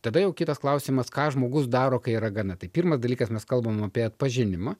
tada jau kitas klausimas ką žmogus daro kai yra gana tai pirmas dalykas mes kalbame apie atpažinimą